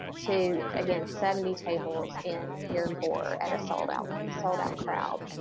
to again, seventy tables in year four at a sold out sold out crowd.